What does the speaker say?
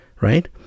right